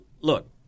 Look